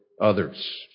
others